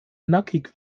nackig